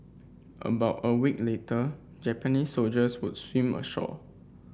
about a week later Japanese soldiers would swim ashore